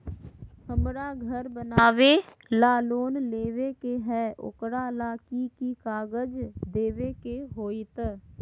हमरा घर बनाबे ला लोन लेबे के है, ओकरा ला कि कि काग़ज देबे के होयत?